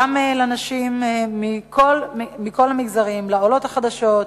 גם לנשים מכל המגזרים: לעולות החדשות,